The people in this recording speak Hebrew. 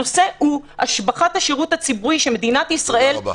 הנושא הוא השבחת השירות הציבורי שמדינת ישראל -- תודה רבה.